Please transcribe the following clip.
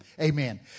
Amen